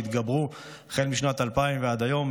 שהתגברו החל משנת 2000 ועד היום,